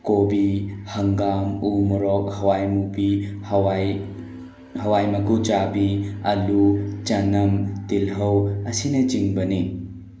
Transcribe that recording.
ꯀꯣꯕꯤ ꯍꯪꯒꯥꯝ ꯎ ꯃꯣꯔꯣꯛ ꯍꯋꯥꯏ ꯃꯨꯕꯤ ꯍꯋꯥꯏ ꯍꯋꯥꯏ ꯃꯀꯨꯆꯥꯕꯤ ꯑꯜꯂꯨ ꯆꯅꯝ ꯇꯤꯜꯍꯧ ꯑꯁꯤꯆꯤꯡꯕꯅꯤ